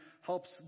helps